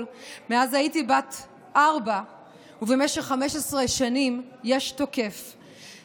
מאז הייתי בת ארבע ובמשך 15 שנים אין תוקף,